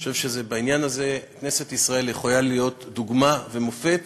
אני חושב שבעניין הזה כנסת ישראל יכולה להיות דוגמה ומופת